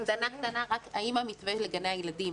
האם המתווה לגני הילדים,